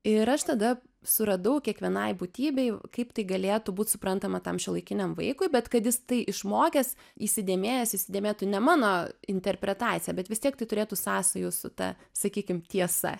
ir aš tada suradau kiekvienai būtybei kaip tai galėtų būt suprantama tam šiuolaikiniam vaikui bet kad jis tai išmokęs įsidėmėjęs įsidėmėtų ne mano interpretaciją bet vis tiek tai turėtų sąsajų su ta sakykim tiesa